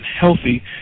healthy